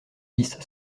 dix